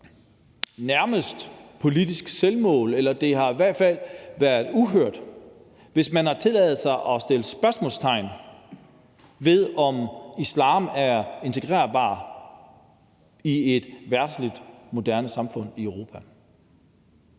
nærmest politisk selvmål, eller det har i hvert fald været uhørt, hvis man har tilladt sig at stille spørgsmålstegn ved, om islam er integrerbar i et verdsligt, moderne samfund i Europa.